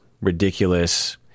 ridiculous